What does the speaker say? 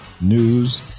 news